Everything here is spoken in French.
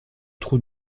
trou